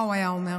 מה הוא היה אומר?